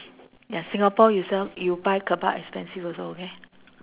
ya singapore you sell you buy kebab expensive also okay